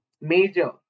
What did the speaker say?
major